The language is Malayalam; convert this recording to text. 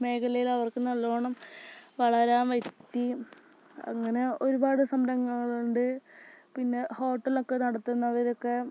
മേഖലയില് അവർക്ക് നല്ലോണം വളരാൻ പറ്റി അങ്ങനെ ഒരുപാട് സംരംഭങ്ങൾ ഉണ്ട് പിന്നെ ഹോട്ടലൊക്കെ നടത്തുന്നവരൊക്കെ